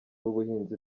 w’ubuhinzi